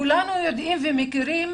כולנו יודעים ומכירים